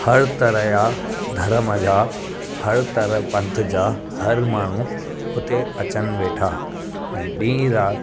हर तरह जा धर्म जा हर तरह पंथ जा हर माण्हू हुते अचनि वेठा ऐं ॾींहं राति